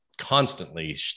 constantly